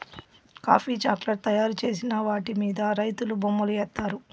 coffee chocolate తయారు చేసిన వాటి మీద రైతులు బొమ్మలు ఏత్తారు